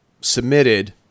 submitted